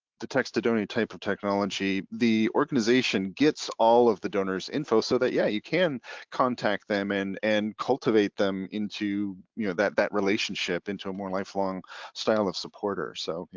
text to donate type of technology, the organization gets all of the donors info so that yeah you can contact them and and cultivate them into you know that that relationship into a more lifelong style of supporter. so yeah,